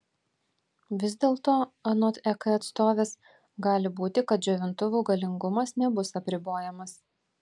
vis dėlto anot ek atstovės gali būti kad džiovintuvų galingumas nebus apribojamas